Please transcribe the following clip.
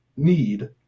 need